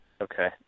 okay